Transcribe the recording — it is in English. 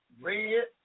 red